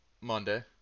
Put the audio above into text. Monday